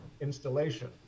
installation